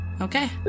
Okay